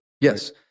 Yes